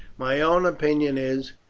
my own opinion is,